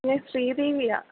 ഞാൻ ശ്രീദേവിയാണ്